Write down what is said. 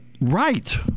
Right